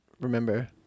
remember